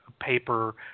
paper